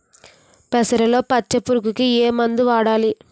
పెసరలో పచ్చ పురుగుకి ఏ మందు వాడాలి?